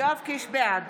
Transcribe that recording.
בעד